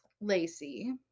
Lacey